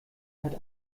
hat